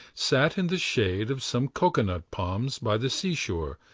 sat in the shade of some cocoanut palms by the seashore,